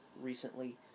recently